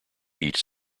each